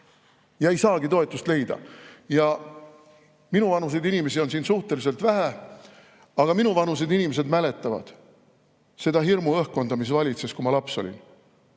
Ei saagi toetust leida. Minuvanuseid inimesi on siin suhteliselt vähe, aga minuvanused inimesed mäletavad seda hirmuõhkkonda, mis valitses ajal, kui me lapsed olime.